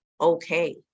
okay